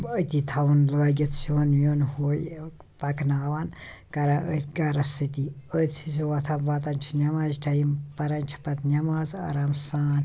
أتی تھاوُن لٲگِتھ سیُن ویُن ہوٗ یہِ پَکناوان کَران أتھۍ گَرَس سۭتی أتھۍ سۭتۍ چھِ وۄتھان واتان چھِ نٮ۪ماز ٹایِم پَران چھِ پَتہٕ نٮ۪ماز آرام سان